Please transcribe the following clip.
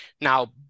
Now